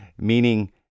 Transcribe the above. Meaning